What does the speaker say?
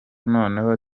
noneho